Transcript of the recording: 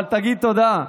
אבל תגיד תודה.